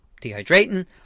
dehydrating